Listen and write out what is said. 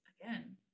again